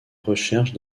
recherche